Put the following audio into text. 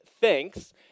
Thanks